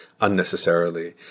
unnecessarily